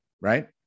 right